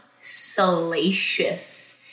salacious